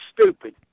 stupid